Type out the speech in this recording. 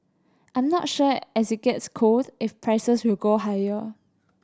I'm not sure as it gets cold if prices will go higher